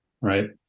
right